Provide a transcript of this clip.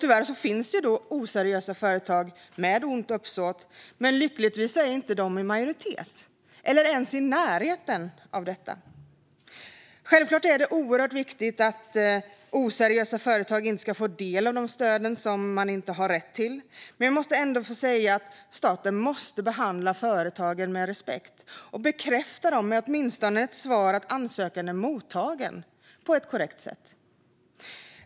Tyvärr finns oseriösa företag som agerar med ont uppsåt, men lyckligtvis är de inte i majoritet eller ens i närheten av detta. Självklart är det oerhört viktigt att oseriösa företag inte ska få del av de stöd som de inte har rätt till, men jag måste ändå få säga att staten måste behandla företagen med respekt och åtminstone på ett korrekt sätt bekräfta att ansökan är mottagen.